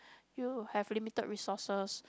you have limited resources